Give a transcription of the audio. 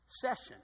session